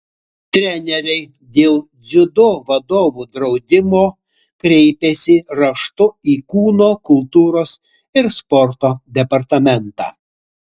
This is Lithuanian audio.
treneriai dėl dziudo vadovų draudimo kreipėsi raštu į kūno kultūros ir sporto departamentą